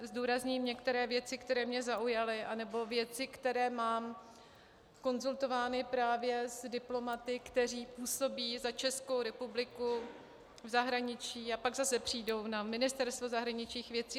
Zdůrazním některé věci, které mě zaujaly, nebo věci, které mám zkonzultované s diplomaty, kteří působí za Českou republiku v zahraničí a pak zase přijdou na Ministerstvo zahraničních věcí.